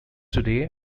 today